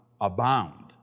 abound